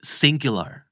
singular